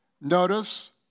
Notice